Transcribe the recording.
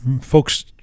folks